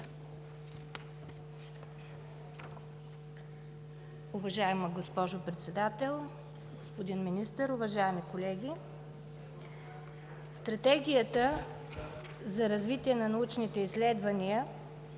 Уважаема госпожо Председател, господин Министър, уважаеми колеги! Стратегията за развитие на научните изследвания